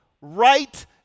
right